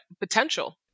potential